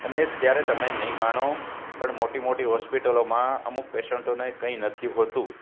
અને ત્યારે તમે નહીં માનો પણ મોટી મોટી હોસ્પિટલોમાં અમુક પેશન્ટોને કંઈ નથી હોતું